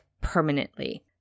permanently